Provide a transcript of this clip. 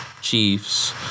Chiefs